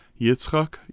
Yitzchak